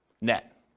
net